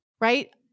right